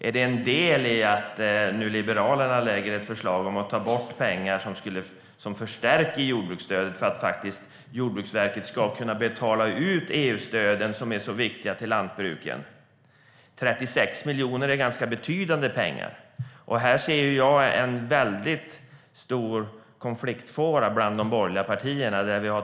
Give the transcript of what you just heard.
Är det därför Liberalerna nu lägger fram ett förslag om att ta bort pengar som förstärker jordbruksstödet så att Jordbruksverket ska kunna betala ut EU-stöden som är så viktiga till lantbruken? 36 miljoner är ganska betydande pengar, och här ser jag en väldigt stor konfliktfåra mellan de borgerliga partierna.